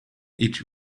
each